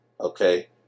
Okay